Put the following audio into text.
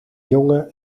jongen